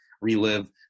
relive